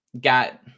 got